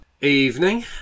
Evening